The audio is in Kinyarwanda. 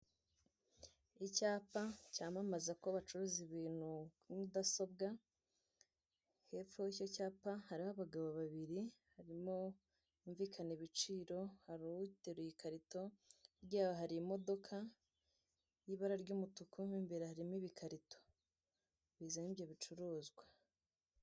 Icyapa cyamamaza uko bacuruza ibintu kuri mudasobwa. Hepfo y'icyo y'icyapa hariho abagabo babiri barimo bumvikana ibiciro, hari uteruye ikarito. Hirya yaho hari imodoka y'ibara ry'umutuku mu imbere harimo ibikarito bizanye ibyo bicuruzwa.